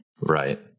Right